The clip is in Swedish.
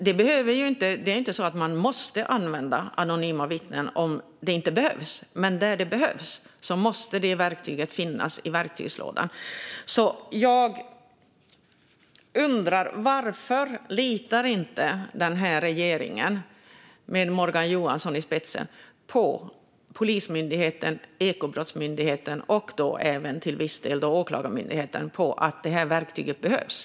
Det är inte så att man måste använda anonyma vittnen om det inte behövs. Men när det behövs måste det verktyget finnas i verktygslådan. Polismyndigheten, Ekobrottsmyndigheten och till viss del Åklagarmyndigheten anser att det här verktyget behövs.